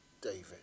David